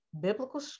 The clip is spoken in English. biblical